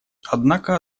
однако